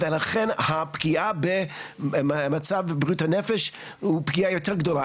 ולכן הפגיעה במצב בריאות הנפש הוא פגיעה יותר גדולה.